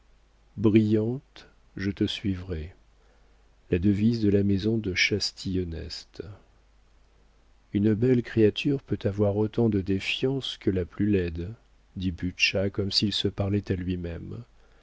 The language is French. brillante je te suivrai la devise de la maison de chastillonest une belle créature peut avoir autant de défiance que la plus laide dit butscha comme s'il se parlait à lui-même